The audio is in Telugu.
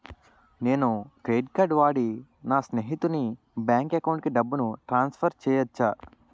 నేను క్రెడిట్ కార్డ్ వాడి నా స్నేహితుని బ్యాంక్ అకౌంట్ కి డబ్బును ట్రాన్సఫర్ చేయచ్చా?